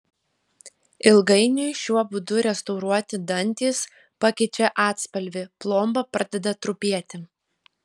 ilgainiui šiuo būdu restauruoti dantys pakeičia atspalvį plomba pradeda trupėti